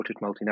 multinational